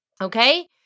Okay